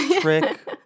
trick